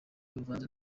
bivanze